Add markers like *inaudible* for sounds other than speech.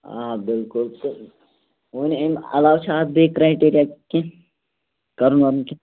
آ بلکُل تہٕ وَنہِ اَمہِ علاوٕ چھِ اَتھ بیٚیہِ کرٛایٹیٖریا کیٚنٛہہ کَرُن وَرُن *unintelligible*